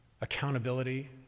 accountability